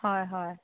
হয় হয়